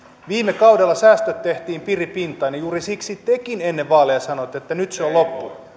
viime kaudella säästöt tehtiin piripintaan ja juuri siksi tekin ennen vaaleja sanoitte että nyt se on loppu